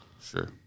sure